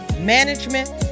management